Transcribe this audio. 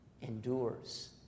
endures